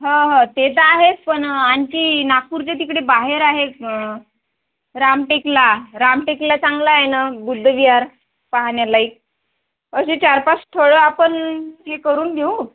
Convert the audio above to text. हं हं ते र आहेच पण आणखी नागपूरच्या तिकडे बाहेर आहे रामटेकला रामटेकला चांगला आहे ना बुद्धविहार पाहण्यालायक असे चार पाच स्थळं आपण हे करून घेऊ